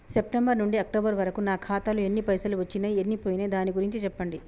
September నుంచి October వరకు నా ఖాతాలో ఎన్ని పైసలు వచ్చినయ్ ఎన్ని పోయినయ్ దాని గురించి చెప్పండి?